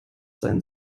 sein